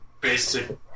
basic